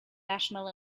national